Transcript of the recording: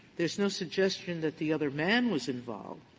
there's no suggestion that the other man was involved.